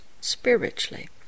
spiritually